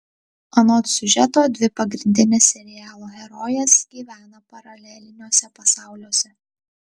anot siužeto dvi pagrindinės serialo herojės gyvena paraleliniuose pasauliuose